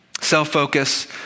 self-focus